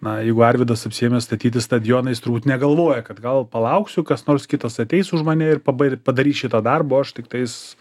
na jeigu arvydas apsiėmęs statyti stadioną jis turbūt negalvoja kad gal palauksiu kas nors kitas ateis už mane ir pabai padarys šitą darbą o aš tiktais